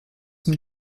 mit